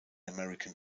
american